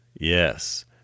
Yes